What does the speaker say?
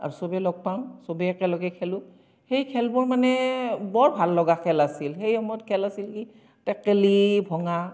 আৰু চবেই লগ পাম চবেই একেলগে খেলোঁ সেই খেলবোৰ মানে বৰ ভাল লগা খেল আছিল সেই সময়ত খেল আছিল কি টেকেলি ভঙা